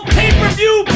pay-per-view